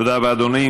תודה רבה, אדוני.